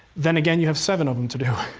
then again, you have seven of them to do.